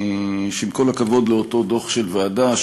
שעם כל הכבוד לאותו דוח ועדה,